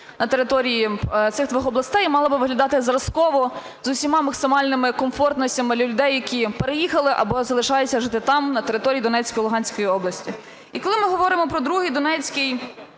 на території цих двох областей мала би виглядати зразково з усіма максимальними комфортностями для людей, які переїхали або залишаються жити там на території Донецької і Луганської області. І коли ми говоримо про Другий донецький